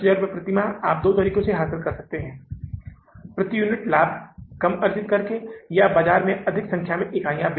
तो इसका मतलब है कि अगर आप इसे पूरा करते हैं तो हमारे पास है जोकि अब आप पाएंगे कि शुद्ध शेष है यह 216000 है